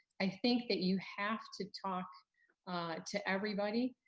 i think that you have to talk to everybody.